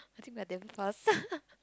I think like damn fast